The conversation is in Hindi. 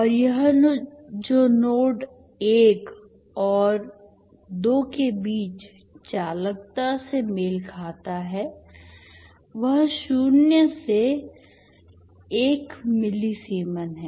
और यह जो नोड 1 और 2 के बीच चालकता से मेल खाता है वह शून्य से 1 मिलीसीमेन है